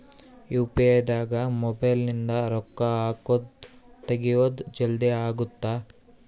UPI ದಾಗ mobile ನಿಂದ ರೊಕ್ಕ ಹಕೊದ್ ತೆಗಿಯೊದ್ ಜಲ್ದೀ ಅಗುತ್ತ